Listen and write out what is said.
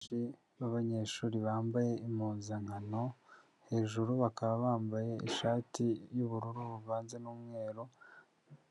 Abasore b'abanyeshuri bambaye impuzankano hejuru bakaba bambaye ishati y'ubururu buvanze n'umweru,